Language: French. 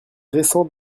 récents